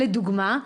לדוגמה,